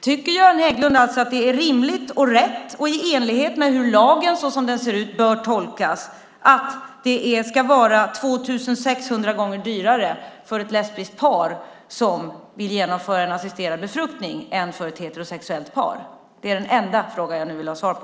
Tycker Göran Hägglund alltså att det är rimligt och rätt och i enlighet med hur lagen, så som den ser ut, bör tolkas, att det ska vara 2 600 gånger dyrare för ett lesbiskt par som vill genomföra en assisterad befruktning än för ett heterosexuellt par? Det är den enda fråga jag nu vill ha svar på.